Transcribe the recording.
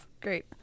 Great